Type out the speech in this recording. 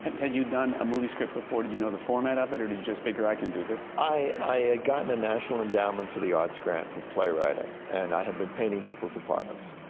had had you done a movie script before? did you know the format of it? or did you just figure, i can do this? i i had gotten a national endowment for the arts grant for playwriting. and i had been painting people's apartments.